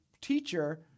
teacher